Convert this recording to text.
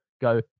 go